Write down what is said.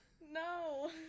No